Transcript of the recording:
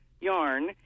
yarn